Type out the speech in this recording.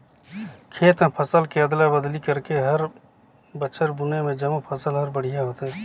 खेत म फसल के अदला बदली करके हर बछर बुने में जमो फसल हर बड़िहा होथे